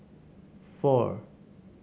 four